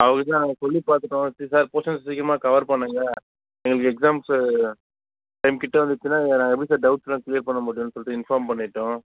அவர் கிட்டே நாங்கள் சொல்லி பார்த்துட்டோம் எப்படி சார் போஷன்ஸ் சீக்கிரமாக கவர் பண்ணுங்கள் எங்களுக்கு எக்ஸாம்ஸ்ஸு டைம் கிட்டே வந்துருச்சுன்னா நாங்கள் எப்படி சார் டவுட்டெலாம் க்ளியர் பண்ணமுடியும்ன்னு சொல்லிட்டு இன்ஃபார்ம் பண்ணிவிட்டோம்